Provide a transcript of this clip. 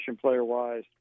player-wise